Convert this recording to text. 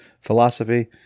philosophy